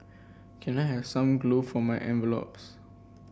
can I have some glue for my envelopes